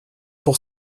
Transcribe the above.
pour